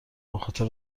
بخاطر